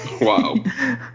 Wow